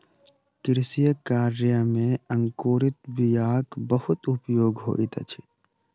कृषि कार्य में अंकुरित बीयाक बहुत उपयोग होइत अछि